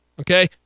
Okay